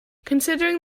considering